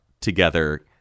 together